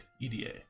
EDA